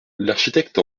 l’architecte